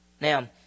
Now